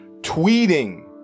Tweeting